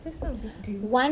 that's not big dream